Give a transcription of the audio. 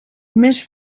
més